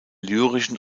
lyrischen